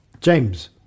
James